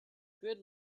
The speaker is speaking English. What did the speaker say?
good